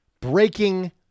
breaking